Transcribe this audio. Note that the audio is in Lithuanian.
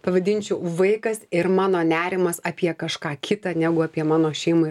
pavadinčiau vaikas ir mano nerimas apie kažką kita negu apie mano šeimą ir